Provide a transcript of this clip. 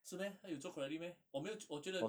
是 meh 他有做 correctly meh 我没有我觉得